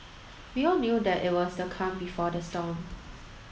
we all knew that it was the calm before the storm